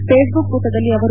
Facebook ಪುಟದಲ್ಲಿ ಅವರು